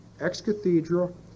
ex-cathedral